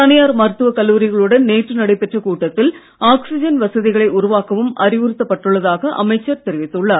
தனியார் மருத்துவக் கல்லூரிகளுடன் நேற்று நடைபெற்ற கூட்டத்தில் ஆக்ஸிஜன் வசதிகளை உருவாக்கவும் அறிவுறுத்தப் பட்டுள்ளதாக அமைச்சர் தெரிவித்துள்ளார்